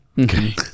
Okay